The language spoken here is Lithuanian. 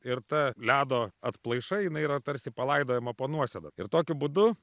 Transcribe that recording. ir ta ledo atplaiša jinai yra tarsi palaidojama po nuosėda ir tokiu būdu